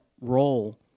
role